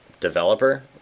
developer